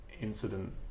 incident